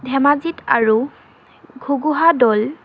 ধেমাজিত আৰু ঘুগুহা দৌল